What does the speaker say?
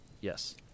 Yes